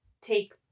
take